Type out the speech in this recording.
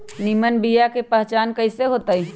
निमन बीया के पहचान कईसे होतई?